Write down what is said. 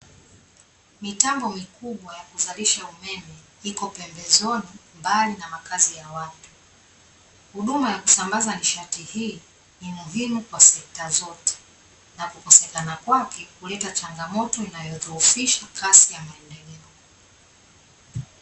Mitambo mikubwa ya kuzalisha umeme iko pembezoni mbali na makazi ya watu, huduma ya kusambaza nishati hii ni muhimu kwa sekta zote, na kukosekana kwake kuleta changamoto inayodhoofisha kasi ya maendeleo.